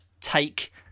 take